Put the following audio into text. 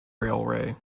railway